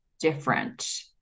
different